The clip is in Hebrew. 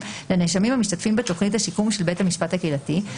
לנאשמים המשתתפים בתוכנית השיקום של בית המשפט הקהילתי,